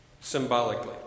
symbolically